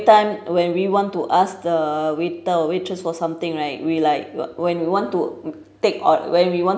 time when we want to ask the waiter or waitress for something right we like when we want to take or when we want